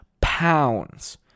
pounds